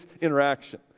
interaction